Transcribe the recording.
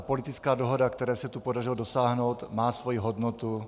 Politická dohoda, které se tu podařilo dosáhnout, má svoji hodnotu.